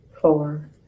four